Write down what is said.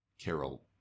Carol